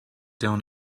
down